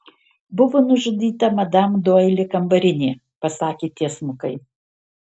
buvo nužudyta madam doili kambarinė pasakė tiesmukai